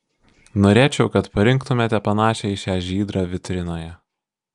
norėčiau kad parinktumėte panašią į šią žydrą vitrinoje